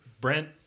Brent